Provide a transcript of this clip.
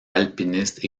alpinistes